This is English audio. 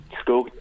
school